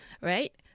right